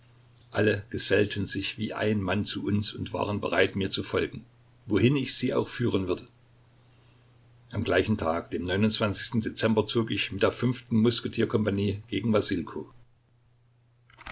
alle gesellten sich wie ein mann zu uns und waren bereit mir zu folgen wohin ich sie auch führen würde am gleichen tage im dezember zog ich mit der fünften musketier kompanie gegen